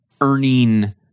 earning